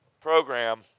program